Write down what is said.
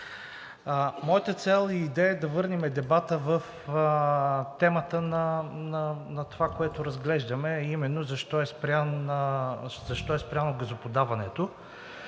Моята цел и идея е да върнем дебата по темата на това, което разглеждаме, а именно защо е спряно газоподаването.